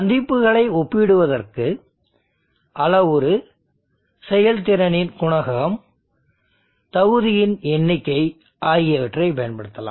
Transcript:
சந்திப்புகளை ஒப்பிடுவதற்கு அளவுரு செயல்திறனின் குணகம் தகுதியின் எண்ணிக்கை ஆகியவற்றை பயன்படுத்தலாம்